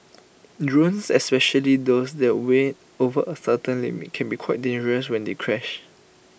drones especially those that weigh over A certain limit can be quite dangerous when they crash